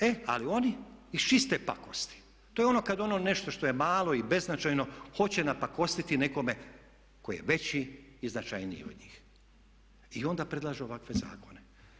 E ali oni iz čiste pakosti, to je ono kada ono nešto što je malo i beznačajno hoće napakostiti nekome tko je veći i značajniji od njih i onda predlažu ovakve zakone.